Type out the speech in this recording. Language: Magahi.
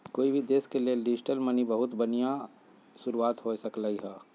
कोई भी देश के लेल डिजिटल मनी बहुत बनिहा शुरुआत हो सकलई ह